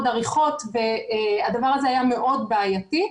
עריכות והדבר הזה היה מאוד בעייתי.